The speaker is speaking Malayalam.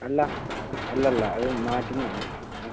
അല്ല അല്ലല്ലാ അത് മാറ്റുന്നത് ആണ്